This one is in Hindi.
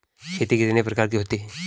खेती कितने प्रकार की होती है?